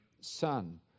Son